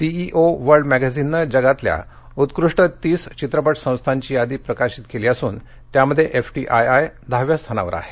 CEO world मॅगझिननं जगातल्या उत्कृष्ट तीस चित्रपट संस्थांची यादी प्रसिद्ध केली असून त्यामध्ये एफटीआयआय दहाव्या स्थानावर आहे